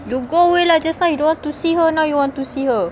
you go away lah just like you don't want to see her now you want to see her